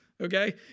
Okay